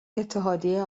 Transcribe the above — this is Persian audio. اتحادیه